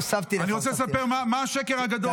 אני רוצה לספר מה השקר הגדול,